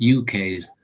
UK's